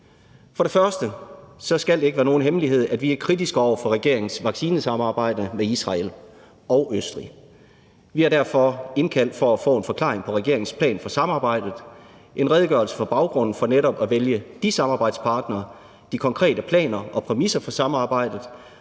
For det første skal det ikke være nogen hemmelighed, at vi er kritiske over for regeringens vaccinesamarbejde med Israel og Østrig. Vi har derfor indkaldt til forespørgslen for at få en forklaring på regeringens plan for samarbejdet og en redegørelse for baggrunden for netop at vælge de samarbejdspartnere, de konkrete planer og præmisser for samarbejdet,